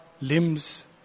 limbs